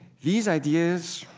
these ideas